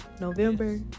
November